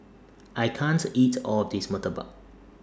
I can't eat All of This Murtabak